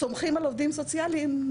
סומכים על עובדים סוציאליים,